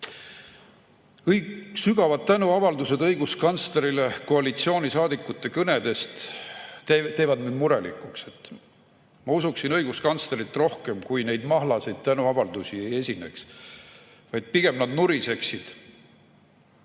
Kõik sügavad tänuavaldused õiguskantslerile koalitsioonisaadikute kõnedes teevad mind murelikuks. Ma usuksin õiguskantslerit rohkem, kui neid mahlaseid tänuavaldusi ei esineks, vaid pigem nurisetaks.